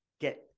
get